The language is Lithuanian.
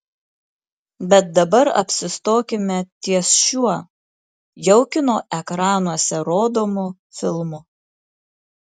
bet dabar apsistokime ties šiuo jau kino ekranuose rodomu filmu